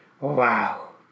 Wow